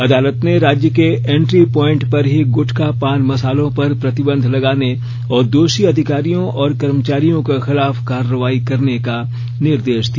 अदालत ने राज्य के एंट्री प्वाइंट पर ही गुटखा पान मसालों पर प्रतिबंध लगाने और दोषी अधिकारियों और कर्मचारियों के खिलाफ कार्रवाई करने का निर्देश दिया